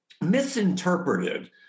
misinterpreted